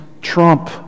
trump